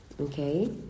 okay